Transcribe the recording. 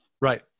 Right